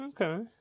Okay